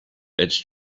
its